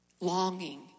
longing